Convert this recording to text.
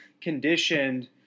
conditioned